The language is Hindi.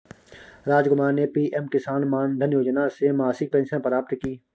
रामकुमार ने पी.एम किसान मानधन योजना से मासिक पेंशन प्राप्त की